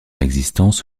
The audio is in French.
existence